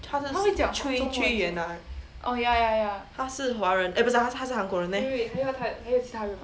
他是 chui yuan ah 他是华人 eh 不是他是韩国人 leh